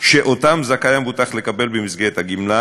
שאותם זכאי המבוטח לקבל במסגרת הגמלה,